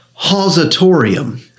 hausatorium